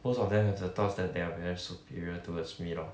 most of them have the thoughts that they're very superior towards me lor